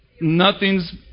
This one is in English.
nothing's